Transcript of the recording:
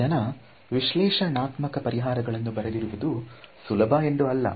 ಜನ ವಿಶ್ಲೇಷಣಾತ್ಮಕ ಪರಿಹಾರಗಳನ್ನು ಬರೆದಿರುವುದು ಸುಲಭ ಎಂದು ಅಲ್ಲ